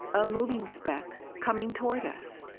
a moving speck, coming toward us!